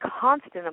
constant